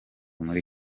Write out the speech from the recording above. muri